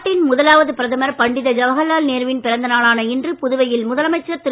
நாட்டின் முதலாவது பிரதமர் பண்டத ஜவஹர்லால் நேரு வின் பிறந்தநாளான இன்று புதுவையில் முதலமைச்சர் திரு